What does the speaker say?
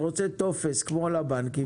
ורוצה טופס כמו לבנקים,